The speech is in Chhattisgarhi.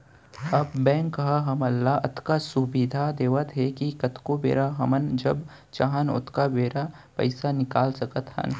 अब बेंक ह हमन ल अतका सुबिधा देवत हे कि कतको बेरा हमन जब चाहन ओतका बेरा पइसा निकाल सकत हन